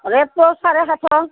ৰেটটো চাৰে সাতশ